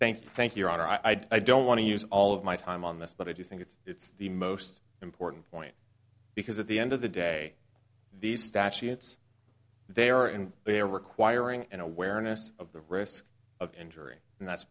thank you thank your honor i don't want to use all of my time on this but i do think it's the most important point because at the end of the day these statutes they are and they are requiring an awareness of the risk of injury and that's